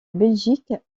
belgique